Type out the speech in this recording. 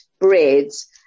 breads